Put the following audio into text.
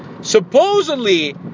Supposedly